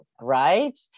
right